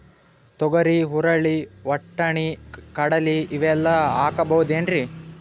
ತೊಗರಿ, ಹುರಳಿ, ವಟ್ಟಣಿ, ಕಡಲಿ ಇವೆಲ್ಲಾ ಹಾಕಬಹುದೇನ್ರಿ?